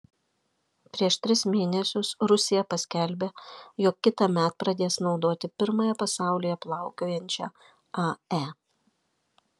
prieš tris mėnesius rusija paskelbė jog kitąmet pradės naudoti pirmąją pasaulyje plaukiojančią ae